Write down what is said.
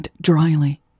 dryly